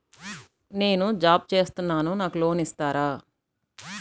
నేను జాబ్ చేస్తున్నాను నాకు లోన్ ఇస్తారా?